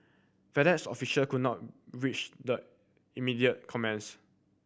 FedEx official could not reach the immediate comments